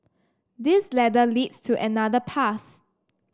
this ladder leads to another path